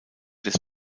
des